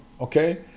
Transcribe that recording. Okay